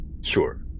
sure